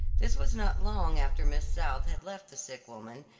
this was not long after miss south had left the sick woman,